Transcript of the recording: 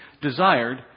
desired